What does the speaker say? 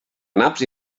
naps